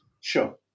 sure